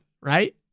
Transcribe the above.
Right